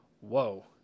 Whoa